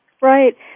Right